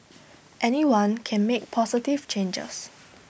anyone can make positive changes